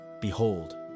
behold